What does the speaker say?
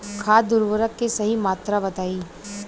खाद उर्वरक के सही मात्रा बताई?